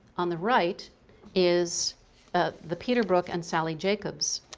on the right is ah the peter brooke and sally jacobs